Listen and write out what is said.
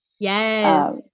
Yes